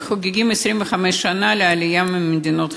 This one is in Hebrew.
חוגגים 25 שנה לעלייה מחבר המדינות,